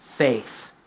faith